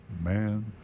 man